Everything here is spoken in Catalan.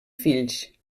fills